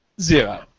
Zero